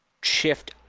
shift